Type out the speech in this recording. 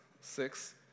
six